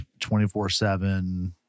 24-7